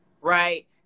right